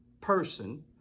person